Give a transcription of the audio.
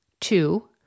Two